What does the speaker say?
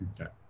Okay